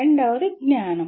రెండవది జ్ఞానం